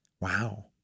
Wow